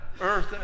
earth